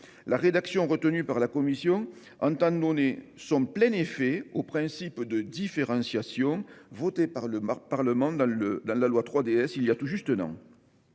La rédaction qu'elle a retenue entend donc donner son plein effet au principe de différenciation, voté par le Parlement dans la loi 3DS voilà tout juste un an.